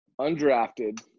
undrafted